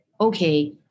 okay